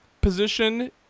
position